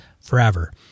forever